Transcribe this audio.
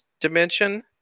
dimension